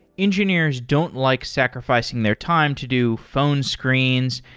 engineers don't like sacrificing their time to do phone screens,